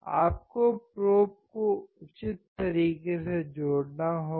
आपको प्रोब को उचित तरीके से जोड़ना होगा